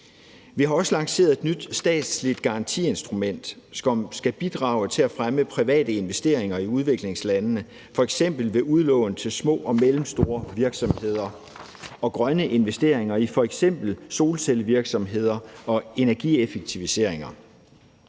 Vi har også lanceret et nyt statsligt garantiinstrument, som skal bidrage til at fremme private investeringer i udviklingslandene, f.eks. ved udlån til små og mellemstore virksomheder og grønne investeringer i f.eks. solcellevirksomheder og energieffektiviseringer.